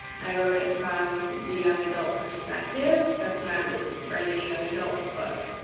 i wrote it from the young adult perspective, that's when i was writing a young adult book.